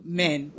men